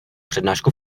přednášku